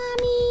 mommy